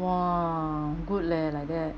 !whoa! good leh like that